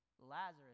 Lazarus